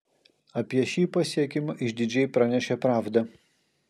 apie šį pasiekimą išdidžiai pranešė pravda